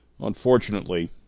Unfortunately